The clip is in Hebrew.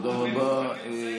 איך אפשר,